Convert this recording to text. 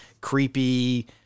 creepy